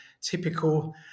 typical